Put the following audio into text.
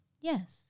Yes